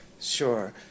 sure